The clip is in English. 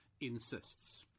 insists